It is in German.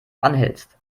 anhältst